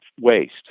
waste